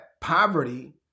poverty